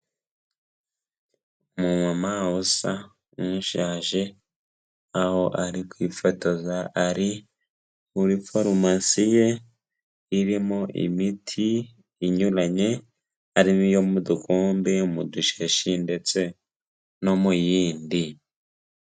Umumama usa nushaje aho ari kwifotoza ari muri farumasi ye irimo imiti inyuranye, ariyo mu dukombe mu dusheshi ndetse no mu yindi.